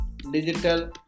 Digital